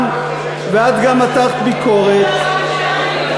ואת גם מתחת ביקורת, סער,